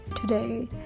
today